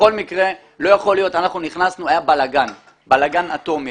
בכל מקרה, אנחנו נכנסנו, היה בלגאן אטומי.